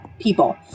people